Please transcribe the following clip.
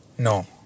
No